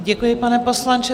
Děkuji, pane poslanče.